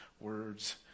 words